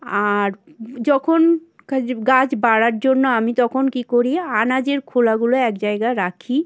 আর যখন গাচ গাছ বাড়ার জন্য আমি তখন কী করি আনাজের খোলাগুলো এক জায়গায় রাখি